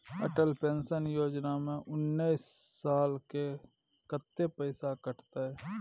Atal pension Yojana में उनैस साल के कत्ते पैसा कटते?